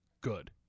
Good